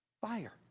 fire